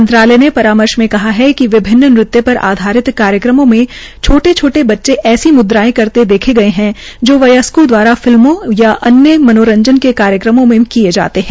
मंत्रालय ने परामर्श में कहा गया है कि विभिन्न नृत्य पर आधारित कार्यक्रमों में छोटे छोटे बच्चे ऐसी म्द्रायें करते देखे गये है जो व्यस्कों द्वारा फिल्मों और अन्य मनोरंजन के कार्यक्रामें में किये जाते है